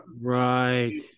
Right